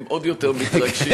הם עוד יותר מתרגשים,